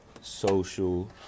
social